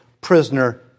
prisoner